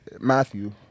Matthew